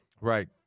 Right